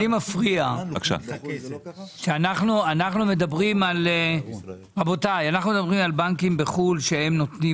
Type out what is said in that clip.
לי מפריע שאנו מדברים על בנקים בחו"ל שנותנים